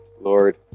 Lord